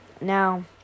Now